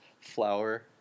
Flower